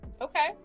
Okay